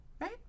Right